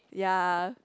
ya